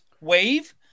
wave